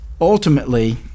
ultimately